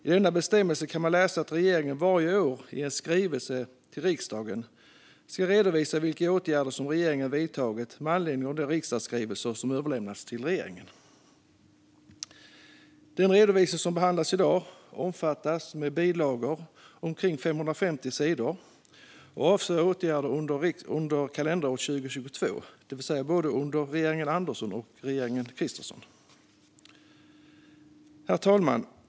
I denna bestämmelse kan man läsa att regeringen varje år i en skrivelse till riksdagen ska redovisa vilka åtgärder regeringen har vidtagit med anledning av de riksdagsskrivelser som överlämnats till regeringen. Den redovisning som behandlas i dag omfattar med bilagor omkring 550 sidor och avser åtgärder under kalenderåret 2022, det vill säga under både regeringen Andersson och regeringen Kristersson. Herr talman!